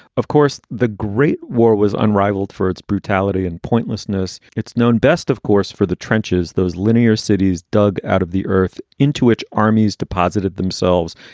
of course, the great war was unrivaled for its brutality and pointlessness. it's known best, of course, for the trenches. those linear cities dug out of the earth into which armies deposited themselves,